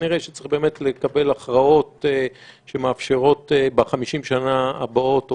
וכנראה שצריך באמת לקבל הכרעות שמאפשרות ב-50 שנה הבאות או